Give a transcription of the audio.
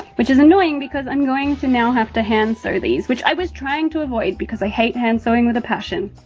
which is annoying because i'm going to now have to hand sew these, which i was trying to avoid because i hate hand sewing with a passion.